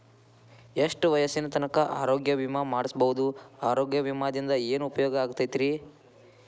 ಎಷ್ಟ ವಯಸ್ಸಿನ ತನಕ ಆರೋಗ್ಯ ವಿಮಾ ಮಾಡಸಬಹುದು ಆರೋಗ್ಯ ವಿಮಾದಿಂದ ಏನು ಉಪಯೋಗ ಆಗತೈತ್ರಿ?